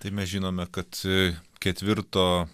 tai mes žinome kad ketvirto